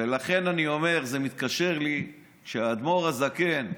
ולכן אני אומר, זה מתקשר לי לזה שהאדמו"ר הזקן,